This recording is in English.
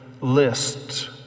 list